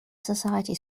society